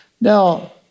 Now